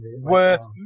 worth